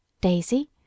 Daisy